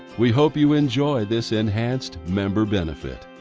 we hope you enjoy this enhanced member benefit,